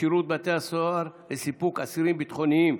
בשירות בתי הסוהר לסיפוק אסירים ביטחוניים,